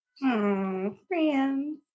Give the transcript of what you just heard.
Friends